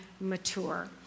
mature